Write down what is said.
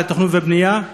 על התכנון והבנייה.